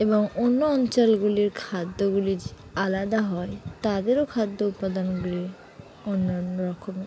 এবং অন্য অঞ্চলগুলির খাদ্যগুলি আলাদা হয় তাদেরও খাদ্য উপাদানগুলি অন্য অন্য রকমের